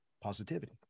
positivity